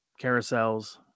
carousels